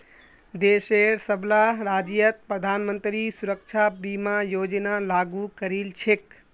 देशेर सबला राज्यत प्रधानमंत्री सुरक्षा बीमा योजना लागू करील छेक